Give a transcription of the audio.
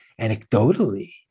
Anecdotally